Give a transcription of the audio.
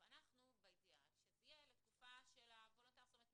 אנחנו באידיאל שזה יהיה לתקופה --- זאת אומרת,